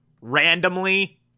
Randomly